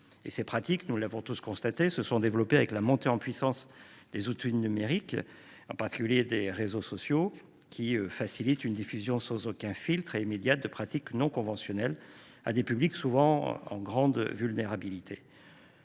Ces pratiques se sont notamment développées avec la montée en puissance des outils numériques, en particulier des réseaux sociaux, qui ont facilité une diffusion sans filtre et immédiate de pratiques non conventionnelles à des publics en grande vulnérabilité.